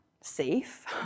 safe